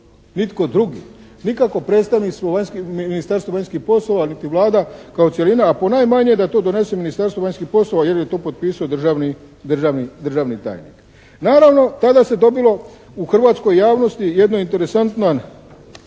Nitko drugi. Nikakvo predstavništvo vanjskih, Ministarstvo vanjskih poslova niti Vlada kao cjelina a ponajmanje da to donese Ministarstvo vanjskih poslova jer je tu potpisao državni tajnik. Naravno tada se dobilo u hrvatskoj javnosti jedno interesantno